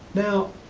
now,